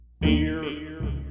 Beer